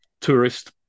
tourist